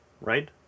right